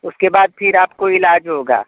उसके बाद फिर आपको इलाज़ होगा